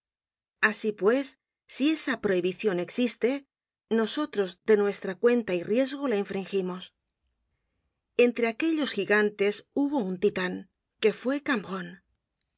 asi pues si esa prohibicion existe nosotros de nuestra cuenta y riesgo la infringimos entre aquellos jigantes hubo un titan que fue